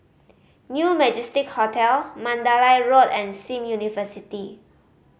New Majestic Hotel Mandalay Road and Sim University